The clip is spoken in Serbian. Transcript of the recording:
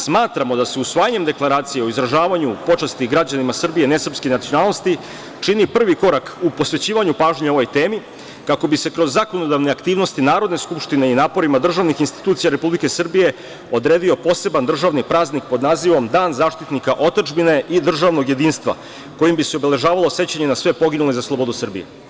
Smatramo da se usvajanjem deklaracije o izražavanju počasti građanima Srbije nesrpske nacionalnosti čini prvi korak u posvećivanju pažnje ovoj temi, kako bi se kroz zakonodavne aktivnosti Narodne skupštine i naporima državnih institucija Republike Srbije odredio poseban državni praznik pod nazivom – dan zaštitnika otadžbine i državnog jedinstva, kojim bi se obeležavalo sećanje na sve poginule za slobodu Srbije.